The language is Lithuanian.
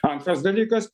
antras dalykas